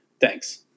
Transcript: Thanks